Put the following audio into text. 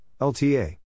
LTA